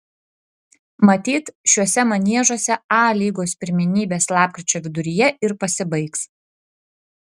matyt šiuose maniežuose a lygos pirmenybės lapkričio viduryje ir pasibaigs